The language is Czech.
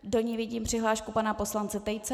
Do ní vidím přihlášku pana poslance Tejce.